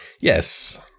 yes